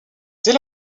dès